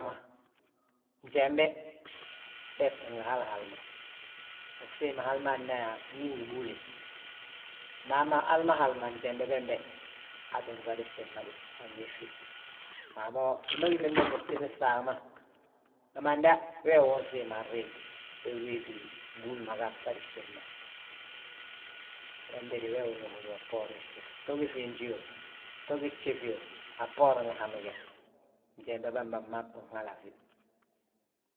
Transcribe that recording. he, njembe, bee bigi hal hali ma, usiim hali ma yaa ngi ngi bihúle. Nda hali ma hal njembe bembe, aa ttin sadi fjif ma de, anyis fi. Waabo hi ma gim bembe ngi fjif fsaagi ma, gimanda wee wi unsiimi anriiji, we wéeti bihúli ma ga a sadi fjif ma. Wembe de wee wi ñe húri a bboorin fjif, fto gí fiinji yo, fto gí fjifi yo, a bboorin gihami ge, njembe bamba maabi binhali a fi.